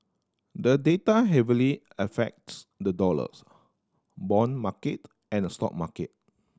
the data heavily affects the dollars bond market and stock market